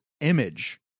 image